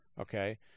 Okay